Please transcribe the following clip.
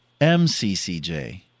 MCCJ